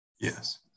yes